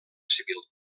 civil